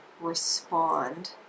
respond